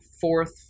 fourth